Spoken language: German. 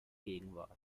gegenwart